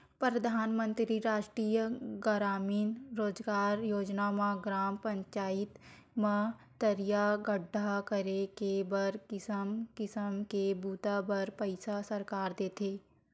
परधानमंतरी रास्टीय गरामीन रोजगार योजना म ग्राम पचईत म तरिया गड्ढ़ा करे के बर किसम किसम के बूता बर पइसा सरकार देथे